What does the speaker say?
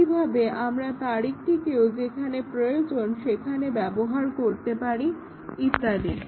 একইভাবে আমরা তারিখটিকেও যেখানে প্রয়োজন সেখানে ব্যবহার করতে পারি ইত্যাদি